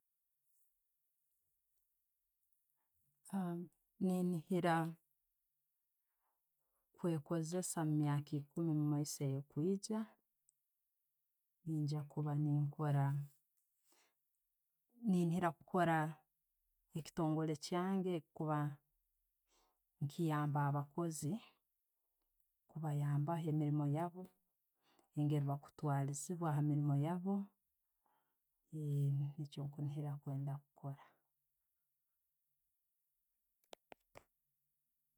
Nenihiira kwekosesa omumyaka ekuumi omumaiso ekwiijja, nenyinja kuba nenkora, nenihiira kukora ekitongole kyange echikuba ne'ekiyamba abaakoozi kubayambaho emiirimu yaabu, nengeri balitwalizibwa hamiriimu yaabu, niikyo kunniira nkwenda kukora.